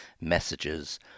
messages